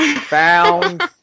Found